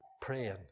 praying